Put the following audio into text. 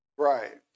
Right